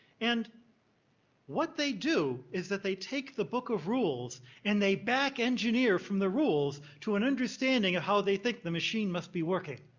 and what they do is that they take the book of rules and they back engineer from the rules to an understanding of how they think the machines must be working.